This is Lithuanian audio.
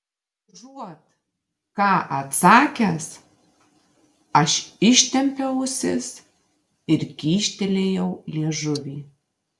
užuot ką atsakęs aš ištempiau ausis ir kyštelėjau liežuvį